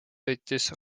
sõitis